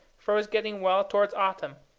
for it was getting well towards autumn,